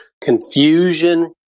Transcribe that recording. Confusion